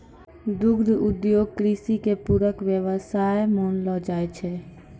दुग्ध उद्योग कृषि के पूरक व्यवसाय मानलो जाय छै